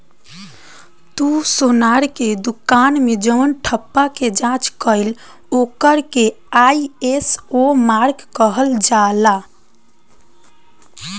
तू सोनार के दुकान मे जवन ठप्पा के जाँच कईल ओकर के आई.एस.ओ मार्क कहल जाला